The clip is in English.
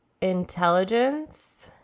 Intelligence